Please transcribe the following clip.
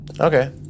Okay